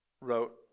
wrote